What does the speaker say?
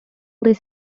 this